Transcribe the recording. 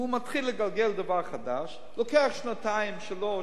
הוא מתחיל לגלגל דבר חדש, זה לוקח שנתיים, שלוש,